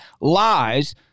lies